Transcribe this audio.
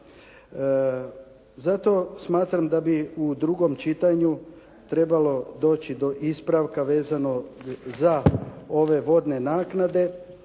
Zato smatram da bi u drugom čitanju trebalo doći do ispravka vezano za ove vodne naknade